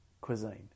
cuisine